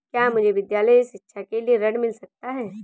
क्या मुझे विद्यालय शिक्षा के लिए ऋण मिल सकता है?